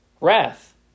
Wrath